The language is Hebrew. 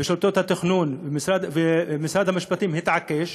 ושלטונות התכנון, ומשרד המשפטים התעקש,